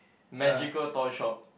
magical toy shop